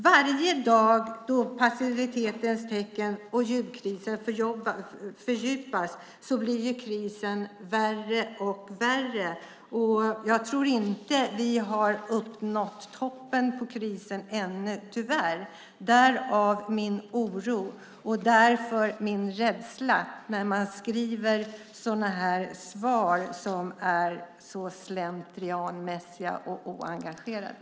Varje dag i passivitetens tecken fördjupas jobbkrisen och blir värre och värre. Jag tror inte att vi har nått toppen på krisen ännu, tyvärr. Därav min oro och därför min rädsla när man skriver sådana här svar som är så slentrianmässiga och oengagerade.